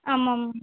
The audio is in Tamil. ஆமாம்